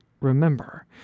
remember